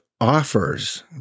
offers